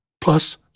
plus